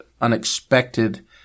unexpected